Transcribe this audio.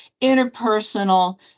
interpersonal